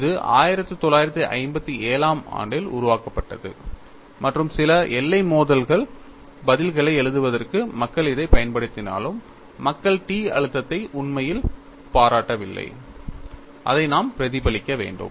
இது 1957 ஆம் ஆண்டில் உருவாக்கப்பட்டது மற்றும் சில எல்லை மோதல் பதில்களை எழுதுவதற்கு மக்கள் இதைப் பயன்படுத்தினாலும் மக்கள் T அழுத்தத்தை உண்மையில் பாராட்டவில்லை அதை நாம் பிரதிபலிக்க வேண்டும்